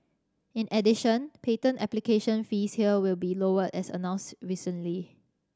in addition patent application fees here will be lowered as announced recently